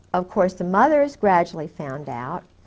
of course the mothers gradually found out,